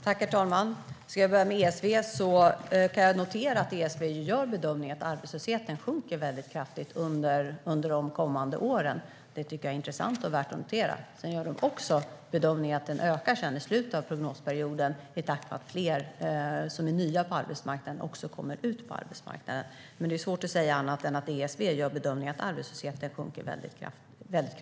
Herr talman! Om vi börjar med Ekonomistyrningsverket kan jag notera, vilket är intressant, att de gör bedömningen att arbetslösheten sjunker väldigt kraftigt under de kommande åren. De gör också bedömningen att arbetslösheten sedan ökar i slutet av prognosperioden i takt med att fler som är nya på arbetsmarknaden också kommer ut på arbetsmarknaden. Men det är svårt att säga annat än att ESV gör bedömningen att arbetslösheten sjunker väldigt kraftigt.